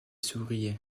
souriait